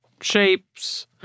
shapes